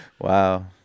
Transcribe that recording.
Wow